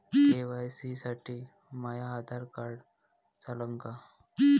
KYC साठी माह्य Aadhaar card चालन का?